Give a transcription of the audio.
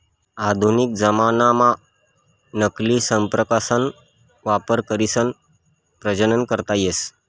आधुनिक जमानाम्हा नकली संप्रेरकसना वापर करीसन प्रजनन करता येस